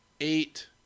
eight